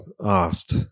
asked